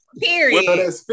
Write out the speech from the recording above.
Period